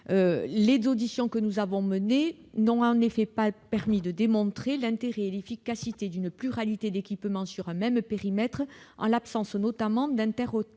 les auditions que nous avons menées n'ont pas permis de démontrer l'intérêt et l'efficacité d'une pluralité d'équipements dans un même périmètre, en l'absence notamment d'interopérabilité